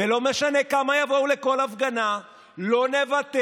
ולא משנה כמה יבואו לכל הפגנה, לא נוותר,